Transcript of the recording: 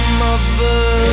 mother